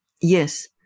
yes